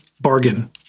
bargain